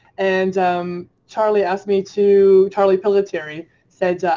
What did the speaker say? and um charlie asked me to, charlie pillitteri said, yeah